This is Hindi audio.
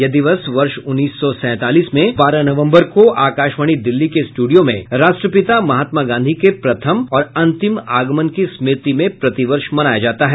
यह दिवस वर्ष उन्नीस सौ सैंतालीस में बारह नवंबर को आकाशवाणी दिल्ली के स्ट्रडियो में राष्ट्रपिता महात्मा गांधी के प्रथम और अंतिम आगमन की स्मृति में प्रतिवर्ष मनाया जाता है